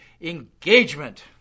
engagement